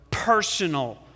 personal